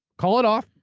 call it off,